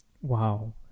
Wow